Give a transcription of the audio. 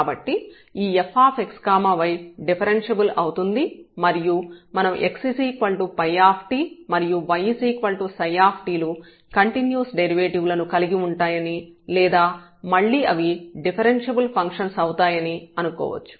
కాబట్టి ఈ fx y differentiable అవుతుంది మరియు మనం x ∅ మరియు y ψ లు కంటిన్యూస్ డెరివేటివ్ లను కలిగి ఉంటాయని లేదా మళ్ళీ అవి డిఫరెన్ష్యబుల్ ఫంక్షన్స్ అవుతాయని అనుకోవచ్చు